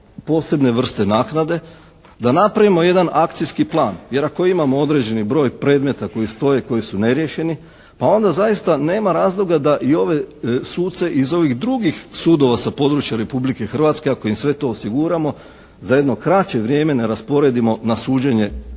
posebne vrste naknade, da napravimo jedan akcijski plan, jer ako imamo određeni broj predmeta koji stoje, koji su neriješeni, pa onda zaista nema razloga da i ove suce iz ovih drugih sudova sa područja Republike Hrvatske, ako im sve to osiguramo za jedno kraće vrijeme ne rasporedimo na suđenje